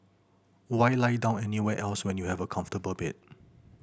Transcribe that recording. why lie down anywhere else when you have a comfortable bed